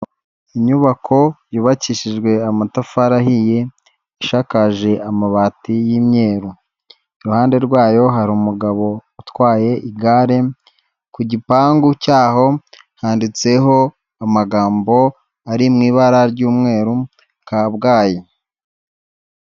Inyubako yubakishijwe amatafari ahiye ishakaje amabati y'imyeru, iruhande rw'ayo hari umugabo utwaye igare ku gipangu cyaho handitseho amagambo ari mu ibara ry'umweru Kabgayi.